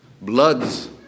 bloods